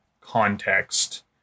context